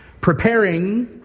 preparing